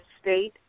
state